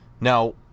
Now